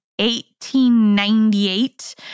1898